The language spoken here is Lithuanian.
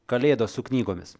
kalėdos su knygomis